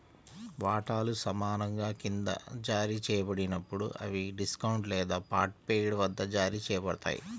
వాటాలు సమానంగా క్రింద జారీ చేయబడినప్పుడు, అవి డిస్కౌంట్ లేదా పార్ట్ పెయిడ్ వద్ద జారీ చేయబడతాయి